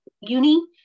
uni